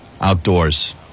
outdoors